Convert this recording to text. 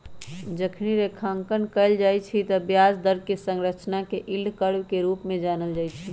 जखनी रेखांकन कएल जाइ छइ तऽ ब्याज दर कें संरचना के यील्ड कर्व के रूप में जानल जाइ छइ